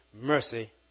mercy